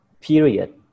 period